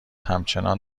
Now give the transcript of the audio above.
همچنان